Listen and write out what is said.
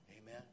Amen